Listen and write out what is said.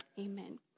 Amen